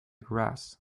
grass